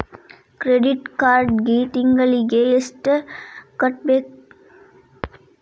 credit ಕಾರ್ಡಿಗಿ ತಿಂಗಳಿಗಿ ಎಷ್ಟ ಕಟ್ಟಬೇಕ